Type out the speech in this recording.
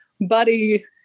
Buddy